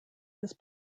his